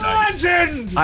legend